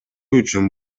үчүн